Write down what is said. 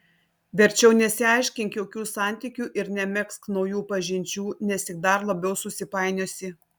verčiau nesiaiškink jokių santykių ir nemegzk naujų pažinčių nes tik dar labiau susipainiosi